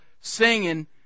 singing